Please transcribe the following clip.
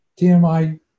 TMI